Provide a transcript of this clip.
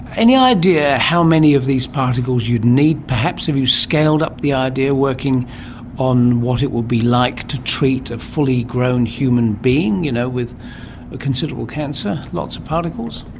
any idea how many of these particles you would need perhaps? have you scaled up the idea working on what it would be like to treat a fully grown human being you know with a considerable cancer? lots of particles?